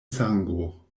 sango